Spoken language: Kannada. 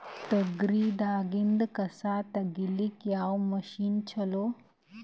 ತೊಗರಿ ದಾಗಿಂದ ಕಸಾ ತಗಿಯಕ ಯಾವ ಮಷಿನ್ ಚಲೋ?